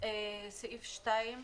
סעיף (2):